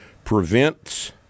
prevents